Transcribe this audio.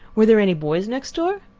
were there any boys next door?